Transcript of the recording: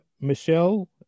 Michelle